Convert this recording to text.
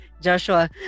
Joshua